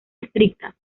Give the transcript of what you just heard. estrictas